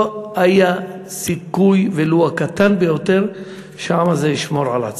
לא היה סיכוי ולו הקטן ביותר שהעם הזה ישמור על עצמו.